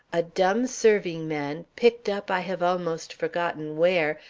a dumb serving-man, picked up i have almost forgotten where,